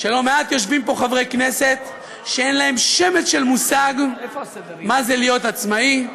שלא מעט יושבים פה חברי כנסת שאין להם שמץ של מושג מה זה להיות עצמאי,